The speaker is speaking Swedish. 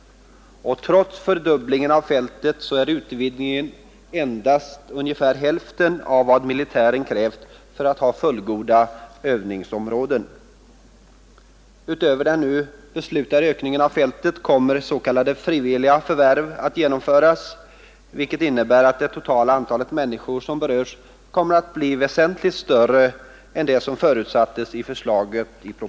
Trots fördubblingen av fältet är utvidgningen endast ungefär hälften av vad militären krävt för att ha fullgoda övningsområden. Utöver den beslutade ökningen av fältet kommer s.k. frivilliga förvärv att genomföras, vilket innebär att det totala antalet människor som berörs kommer att bli väsentligt större än vad som förutsattes i propositionen.